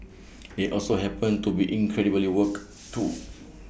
they also happen to be incredibly woke too